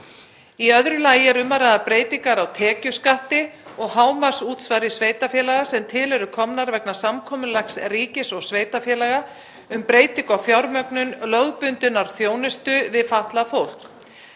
Í öðru lagi er um að ræða breytingar á tekjuskatti og hámarksútsvari sveitarfélaga sem til eru komnar vegna samkomulags ríkis og sveitarfélaga um breytingu á fjármögnun lögbundinnar þjónustu við fatlað fólk.